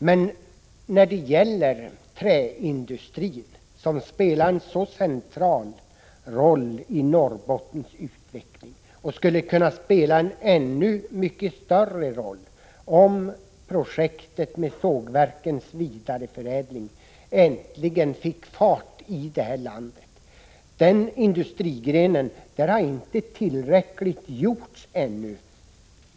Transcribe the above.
Men när det gäller träindustrin — som spelat en så central roll i Norrbottens utveckling och skulle kunna spela en ännu mycket större roll om projektet med sågverkens vidareförädling äntligen fick fart i det här landet — har inte tillräckligt gjorts ännu.